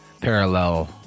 parallel